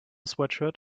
sweatshirt